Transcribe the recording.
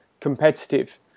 competitive